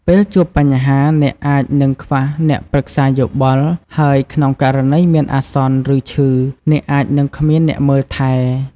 ពេលជួបបញ្ហា អ្នកអាចនឹងខ្វះអ្នកប្រឹក្សាយោបល់ ហើយក្នុងករណីមានអាសន្ន ឬឈឺ អ្នកអាចនឹងគ្មានអ្នកមើលថែ។